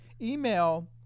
Email